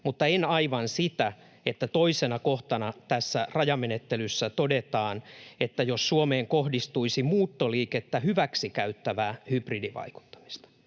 mutta en aivan sitä, että toisena kohtana tässä rajamenettelyssä todetaan, että jos Suomeen kohdistuisi muuttoliikettä hyväksikäyttävää hybridivaikuttamista.